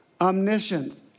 omniscient